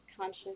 conscious